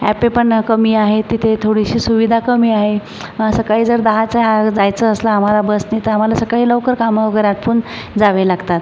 Ape पण कमी आहे तिथे थोडीशी सुविधा कमी आहे सकाळी जर दहाचे हाल जायचं असलं आम्हाला बसने तर आम्हाला सकाळी लवकर कामं वगैरे आटपून जावे लागतात